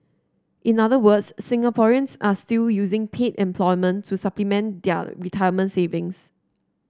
in other words Singaporeans are still using paid employment to supplement their retirement savings